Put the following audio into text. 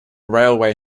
railway